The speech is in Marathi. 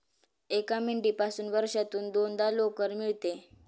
एका मेंढीपासून वर्षातून दोनदा लोकर मिळते